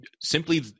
simply